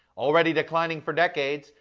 already declining per decade,